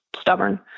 stubborn